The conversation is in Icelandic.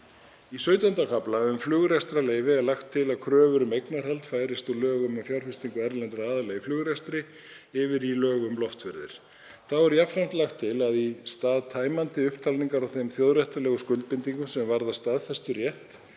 Í VIII. kafla um flugrekstrarleyfi er lagt til að kröfur um eignarhald færist úr lögum um fjárfestingu erlendra aðila í flugrekstri yfir í lög um loftferðir. Þá er jafnframt lagt til að í stað tæmandi upptalningar á þeim þjóðréttarlegu skuldbindingum sem varða staðfesturétt